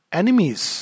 enemies